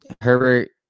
Herbert